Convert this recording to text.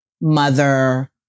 mother